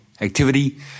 activity